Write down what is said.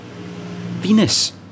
Venus